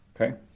Okay